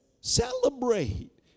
celebrate